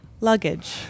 Luggage